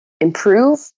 improve